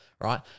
right